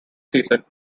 season